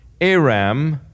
Aram